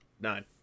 Nine